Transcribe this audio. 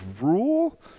Rule